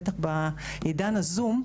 בטח בעידן הזום,